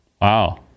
Wow